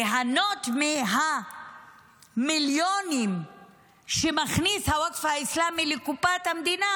ליהנות מהמיליונים שמכניס הווקף האסלאמי לקופת המדינה,